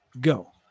go